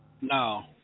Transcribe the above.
No